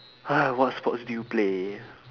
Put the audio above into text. !huh! what sports do you play